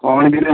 କ'ଣ କିରେ